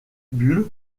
bulle